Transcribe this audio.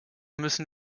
müssen